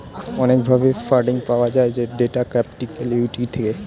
অনেক ভাবে ফান্ডিং পাওয়া যায় ডেট ক্যাপিটাল, ইক্যুইটি থেকে